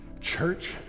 Church